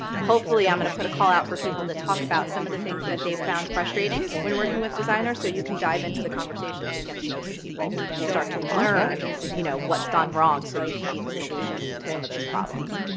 hopefully, i'm gonna put a call out for people to talk about some of the things that they've found frustrating when working with designers so you can dive into the conversations and get to know some people, and start to learn you know what's gone wrong so you can be the solution to some of those problems.